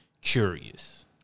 curious